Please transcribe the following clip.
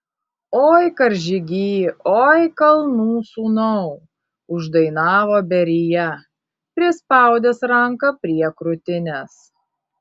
oi karžygy oi kalnų sūnau uždainavo berija prispaudęs ranką prie krūtinės